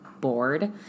bored